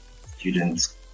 Students